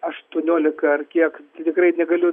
aštuoniolika ar kiek tikrai negaliu